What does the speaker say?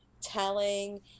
telling